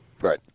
Right